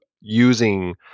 using